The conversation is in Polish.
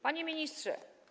Panie Ministrze!